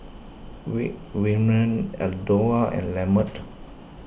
Waymon Eldora and Lamont